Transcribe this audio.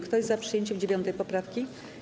Kto jest za przyjęciem 9. poprawki?